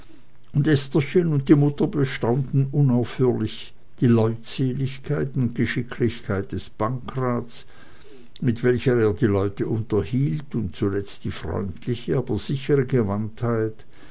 und estherchen und die mutter bestaunten unaufhörlich die leutseligkeit und geschicklichkeit des pankraz mit welcher er die leute unterhielt und zuletzt die freundliche aber sichere gewandtheit